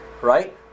Right